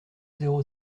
zéro